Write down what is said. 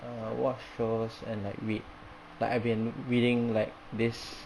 err watch shows and like read like I've been reading like this